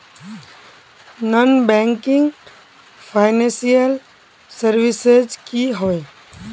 Non banking financial services की होय?